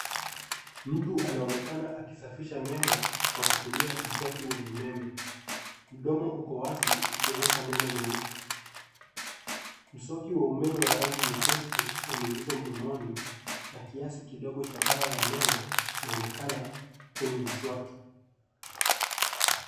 Mtu anaonekana akisafisha meno kwa kutumia mswaki wa umeme. Mdomo uko wazi ukionyesha meno meupe. Mswaki wa umeme wa rangi nyepesi, umeingizwa mdomoni, na kiasi kidogo cha dawa ya meno, kinaonekana kwenye mswaki.